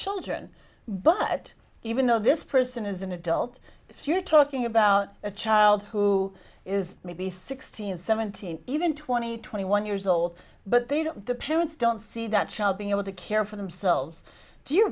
children but even though this person is an adult if you're talking about a child who is maybe sixteen seventeen even twenty twenty one years old but they don't the parents don't see that child being able to care for themselves do you